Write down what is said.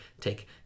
take